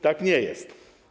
Tak nie jest.